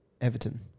Everton